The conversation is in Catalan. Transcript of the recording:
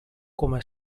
coma